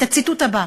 את הציטוט הבא,